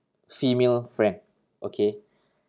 female friend okay